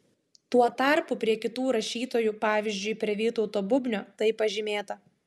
tuo tarpu prie kitų rašytojų pavyzdžiui prie vytauto bubnio tai pažymėta